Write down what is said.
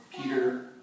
Peter